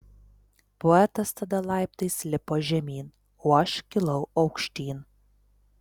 poetas tada laiptais lipo žemyn o aš kilau aukštyn